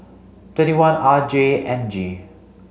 twenty one R J N G